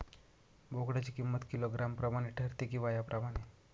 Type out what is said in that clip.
बोकडाची किंमत किलोग्रॅम प्रमाणे ठरते कि वयाप्रमाणे?